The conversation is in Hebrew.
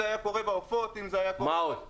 מה עוד?